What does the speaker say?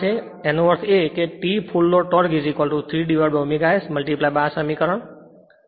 તેથી અહીં પછી આનો અર્થ એ કે T full load torque 3ω S આ સમીકરણ છે